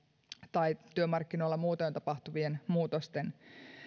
tai työmarkkinoilla muutoin tapahtuvien muutosten